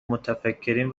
متفکرین